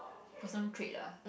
personal trait ah